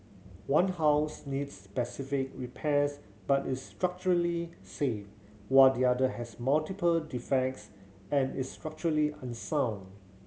one house needs specific repairs but is structurally safe while the other has multiple defects and is structurally unsound